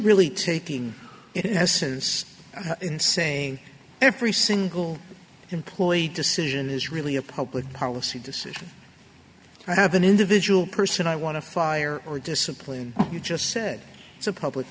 really taking it has since saying every single employee decision is really a public policy decision i have an individual person i want to fire or discipline you just said it's a public